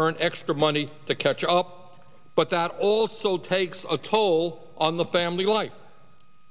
earn extra money to catch up but that also takes a toll on the family life